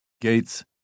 Gates